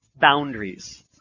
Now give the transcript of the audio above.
boundaries